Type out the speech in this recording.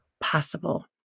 possible